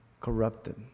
corrupted